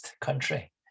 country